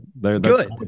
Good